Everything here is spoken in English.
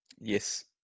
Yes